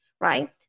right